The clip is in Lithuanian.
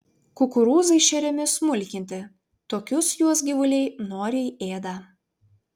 kukurūzai šeriami smulkinti tokius juos gyvuliai noriai ėda